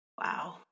Wow